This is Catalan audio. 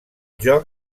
joc